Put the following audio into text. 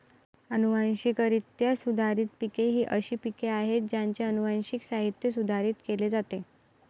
अनुवांशिकरित्या सुधारित पिके ही अशी पिके आहेत ज्यांचे अनुवांशिक साहित्य सुधारित केले जाते